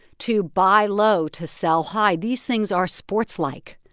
to buy low, to sell high. these things are sports-like,